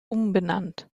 umbenannt